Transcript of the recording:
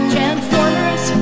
Transformers